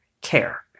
care